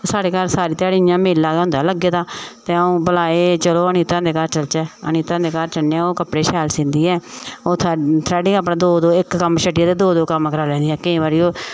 ते साढ़े घर सारी ध्याड़ी इ'यां मेला गै होंदां लग्गे दा ते अ'ऊं भला एह् चलो अनिता हुंदे घर चलचै अनिता हुंदे घर जन्ने आं ओह् कपड़े शैल सींदी ऐ होर थ्रैडिंग अपने इक कम्म छड्डियै ते दो दो कम्म कराई लैंदियां केईं बारी ओह्